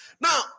Now